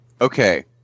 Okay